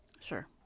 sure